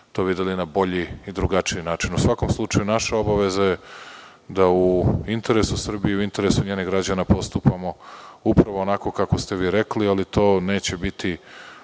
to videli na bolji i drugačiji način.U svakom slučaju, naša obaveza je da u interesu Srbije, u interesu njenih građana postupamo onako kako ste vi rekli, a to neće biti